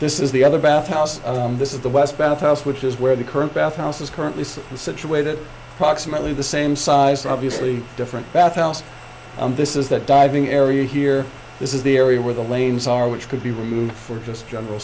this is the other bath house this is the west bath house which is where the current bath house is currently the situated proximately the same size obviously different bathhouse this is that diving area here this is the area where the lanes are which could be removed for just general